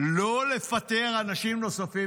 לא לפטר אנשים נוספים